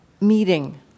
meeting